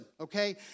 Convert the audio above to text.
okay